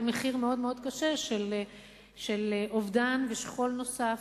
מחיר מאוד-מאוד קשה של אובדן ושכול נוסף.